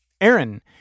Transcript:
Aaron